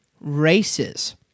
races